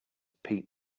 pete